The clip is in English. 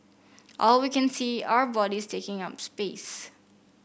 all we can see are bodies taking up space